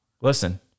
listen